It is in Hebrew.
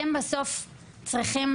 אתם בסוף צריכים,